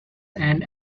and